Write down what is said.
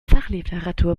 fachliteratur